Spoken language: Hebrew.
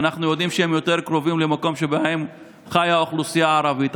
ואנחנו יודעים שהם יותר קרובים למקום שבהם חיה האוכלוסייה הערבית.